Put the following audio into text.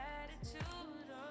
attitude